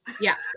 Yes